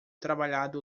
trabalhado